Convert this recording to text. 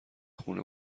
خونه